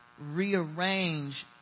rearrange